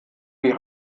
die